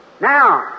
Now